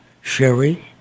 Sherry